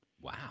Wow